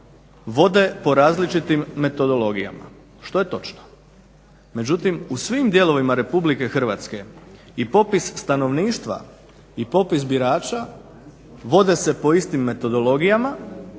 vode po različitim metodologijama, što je točno. Međutim, u svim dijelovima RH i popis stanovništva i popis birača vode se po istim metodologijama